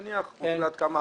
נניח הוחלט כמה